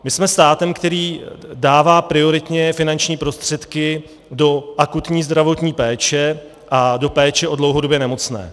My jsme státem, který dává prioritně finanční prostředky do akutní zdravotní péče a do péče o dlouhodobě nemocné.